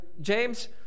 James